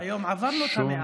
כן, היום עברנו את ה-100.